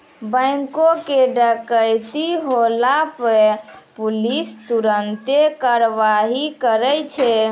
बैंको के डकैती होला पे पुलिस तुरन्ते कारवाही करै छै